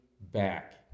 back